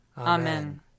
Amen